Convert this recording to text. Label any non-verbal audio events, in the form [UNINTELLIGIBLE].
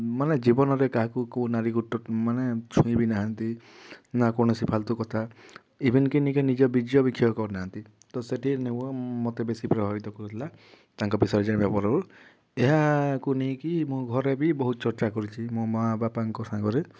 ମାନେ ଜୀବନରେ କାହାକୁ କେଉଁ ନାରୀକୁ ମାନେ ଛୁଇଁ ବି ନାହାନ୍ତି ନା କୌଣସି ଫାଲତୁ କଥା ଇଭିନ୍ କି [UNINTELLIGIBLE] ନିଜ ବୀର୍ଯ୍ୟ ବିକ୍ଷ୍ୟ କରିନାହାନ୍ତି ତ ସେଇଠି [UNINTELLIGIBLE] ମୋତେ ବେଶୀ ପ୍ରବାହିତ କରୁଥିଲା ତାଙ୍କ ବିଷୟରେ ଜାଣିବା ପୂର୍ବରୁ ଏହାକୁ ନେଇକି ମୁଁ ଘରେ ବି ବହୁତ ଚର୍ଚ୍ଚା କରିଛି ମୋ ମାଆ ବାପାଙ୍କ ସାଙ୍ଗରେ